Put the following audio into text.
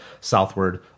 southward